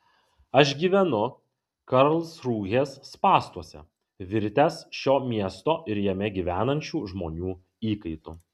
aš gyvenu karlsrūhės spąstuose virtęs šio miesto ir jame gyvenančių žmonių įkaitu